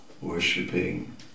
worshipping